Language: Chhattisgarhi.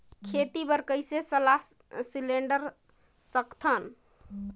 खेती बर कइसे सलाह सिलेंडर सकथन?